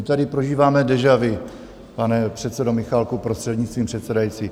My tady prožíváme déjà vu, pane předsedo Michálku, prostřednictvím předsedající.